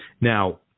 Now